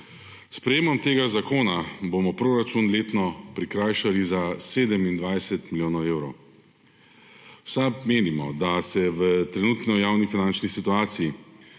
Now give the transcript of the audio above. sprejetjem tega zakona bomo proračun letno prikrajšali za 27 milijonov evrov. V SAB menimo, da so v trenutni javnofinančni situaciji,